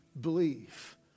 believe